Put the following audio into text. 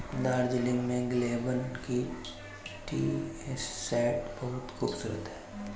दार्जिलिंग में Glenburn tea estate बहुत खूबसूरत है